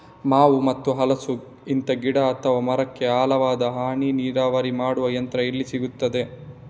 ಮಾವು ಮತ್ತು ಹಲಸು, ಇಂತ ಗಿಡ ಅಥವಾ ಮರಕ್ಕೆ ಆಳವಾದ ಹನಿ ನೀರಾವರಿ ಮಾಡುವ ಯಂತ್ರ ಎಲ್ಲಿ ಸಿಕ್ತದೆ?